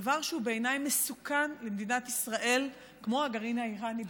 דבר שהוא בעיניי מסוכן למדינת ישראל כמו הגרעין האיראני.